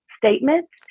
statements